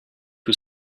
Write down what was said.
was